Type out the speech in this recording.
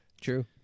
True